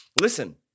Listen